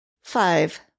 Five